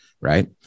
right